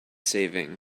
saving